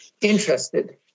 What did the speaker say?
interested